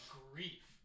grief